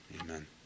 Amen